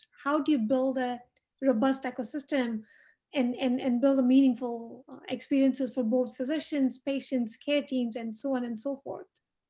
how do you build a robust ecosystem and and and build a meaningful experiences for both physicians patients care teams and so on and so forth.